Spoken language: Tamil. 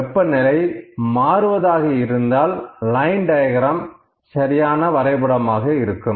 வெப்பநிலை மாறுவதாக இருந்தால் லைன் டயக்ராம் சரியான வரைபடமாக இருக்கும்